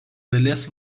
dalies